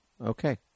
Okay